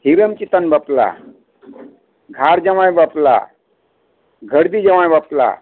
ᱦᱤᱨᱚᱢ ᱪᱮᱛᱟᱱ ᱵᱟᱯᱞᱟ ᱜᱷᱟᱨ ᱡᱟᱶᱟᱭ ᱵᱟᱯᱞᱟ ᱜᱷᱟᱹᱨᱫᱤ ᱡᱟᱶᱟᱭ ᱵᱟᱯᱞᱟ